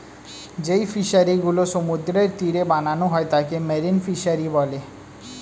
যেই ফিশারি গুলো সমুদ্রের তীরে বানানো হয় তাকে মেরিন ফিসারী বলে